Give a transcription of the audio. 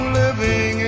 living